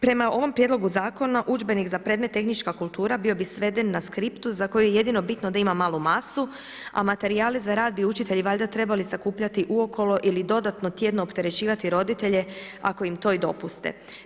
Prema ovom prijedlogu zakona udžbenik za predmet tehnička kultura bio bi sveden na skriptu za koju je jedino bitno da ima malu masu, a materijali za rad bi učitelji valjda trebali sakupljati uokolo ili dodatno tjedno opterećivati roditelje ako im to i dopuste.